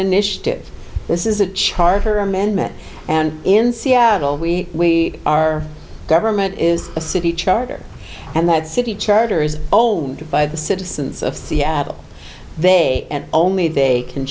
initiative this is a charter amendment and in seattle we are government is a city charter and that city charter is owned by the citizens of seattle they and only they can